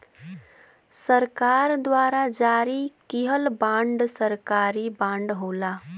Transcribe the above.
सरकार द्वारा जारी किहल बांड सरकारी बांड होला